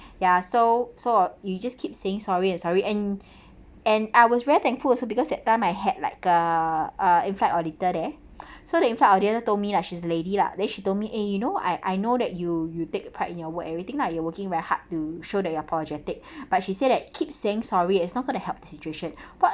ya so so you just keep saying sorry and sorry and and I was very thankful also because that time I had like a ah in flight auditor there so the in flight auditor told me like she's a lady lah then she told me eh you know I I know that you you take pride in your work everything lah you are working very hard to show that you apologetic but she said that keep saying sorry is not gonna help the situation [what]